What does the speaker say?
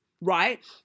right